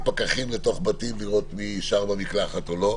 פקחים לתוך בתים לראות מי שר במקלחת או לא.